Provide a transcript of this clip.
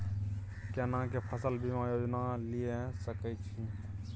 केना के फसल बीमा योजना लीए सके छी?